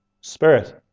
Spirit